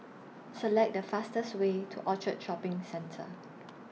Select The fastest Way to Orchard Shopping Centre